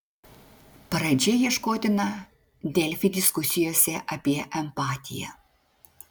pradžia ieškotina delfi diskusijose apie empatiją